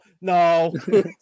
no